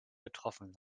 betroffen